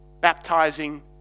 baptizing